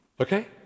Okay